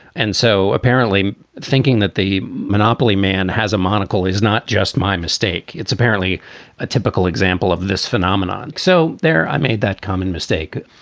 and so apparently thinking that the monopoly man has a monocle is not just my mistake. it's apparently a typical example of this phenomenon. so there i made that common mistake.